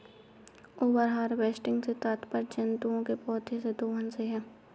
over harvesting से तात्पर्य जंतुओं एंव पौधौं के दोहन से है